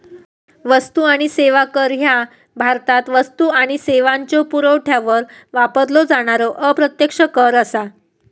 वस्तू आणि सेवा कर ह्या भारतात वस्तू आणि सेवांच्यो पुरवठ्यावर वापरलो जाणारो अप्रत्यक्ष कर असा